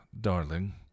darling